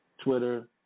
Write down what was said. Twitter